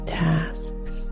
tasks